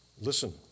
Listen